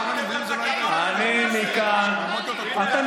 אני מכאן, את התקנון, אתם.